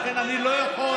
ולכן אני לא יכול,